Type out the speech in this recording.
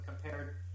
compared